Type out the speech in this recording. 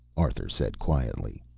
arthur said quietly.